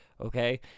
Okay